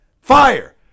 fire